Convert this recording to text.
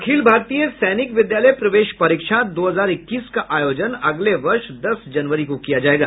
अखिल भारतीय सैनिक विद्यालय प्रवेश परीक्षा दो हजार इक्कीस का आयोजन अगले वर्ष दस जनवरी को किया जाएगा